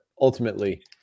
ultimately